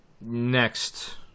Next